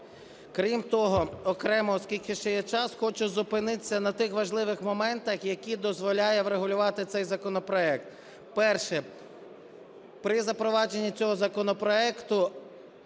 Крім того, окремо, оскільки ще є час, хочу зупинитися на тих важливих моментах, які дозволяє врегулювати цей законопроект. Перше – при запровадженні цього законопроекту